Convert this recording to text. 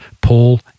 Paul